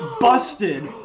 busted